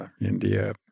India